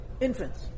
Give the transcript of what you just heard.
Infants